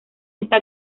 está